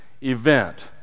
event